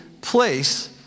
place